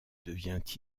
devient